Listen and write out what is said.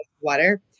water